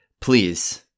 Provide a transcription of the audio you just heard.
Please